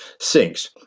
sinks